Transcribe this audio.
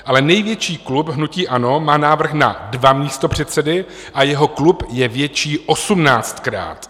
Ale největší klub, hnutí ANO, má návrh na dva místopředsedy a jeho klub je větší osmnáctkrát.